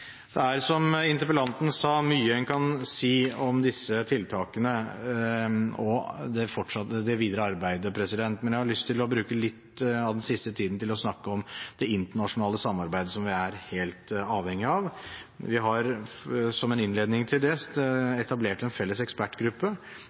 Det er, som interpellanten sa, mye en kan si om disse tiltakene og det videre arbeidet. Men jeg har lyst til å bruke litt av den siste tiden til å snakke om det internasjonale samarbeidet som vi er helt avhengige av. Vi har som en innledning til det